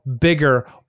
bigger